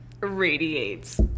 radiates